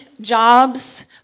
jobs